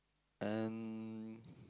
and